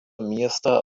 miestą